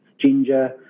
ginger